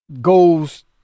goes